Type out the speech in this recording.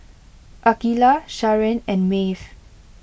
Akeelah Sharen and Maeve